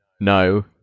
no